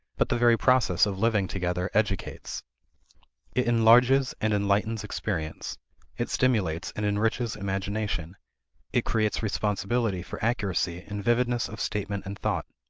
but the very process of living together educates. it enlarges and enlightens experience it stimulates and enriches imagination it creates responsibility for accuracy and vividness of statement and thought.